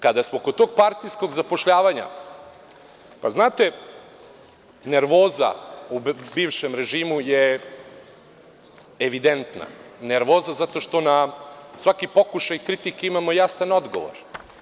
Kada smo kod tog partijskog zapošljavanja, znate, nervoza u bivšem režimu je evidentna, nervoza - zato što na svaki pokušaj kritike imamo jasan odgovor.